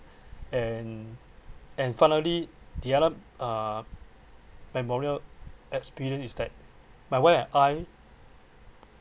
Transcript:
and and finally the other uh memorial experience is that my wife and I